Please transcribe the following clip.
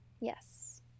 yes